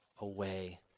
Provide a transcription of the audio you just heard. away